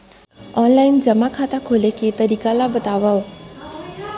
Online जेमा खाता खोले के तरीका ल बतावव?